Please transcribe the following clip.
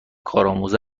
کارآموز